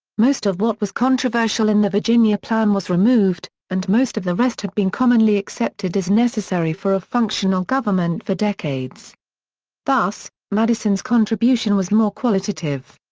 most of what was controversial in the virginia plan was removed, and most of the rest had been commonly accepted as necessary for a functional government for decades thus, madison's contribution was more qualitative.